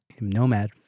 nomad